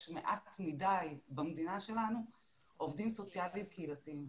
יש מעט מדי במדינה שלנו עובדים סוציאליים קהילתיים.